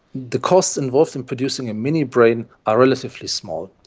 the costs involved in producing a mini-brain are relatively small.